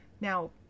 Now